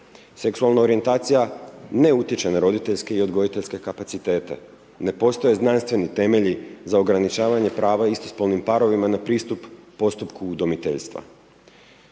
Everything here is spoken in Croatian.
Seksualna orijentacija ne utječe na roditeljske i odgojiteljske kapacitete. Ne postoje znanstveni temelji za ograničavanje prava istospolnim parovima na pristup postupku udomiteljstva.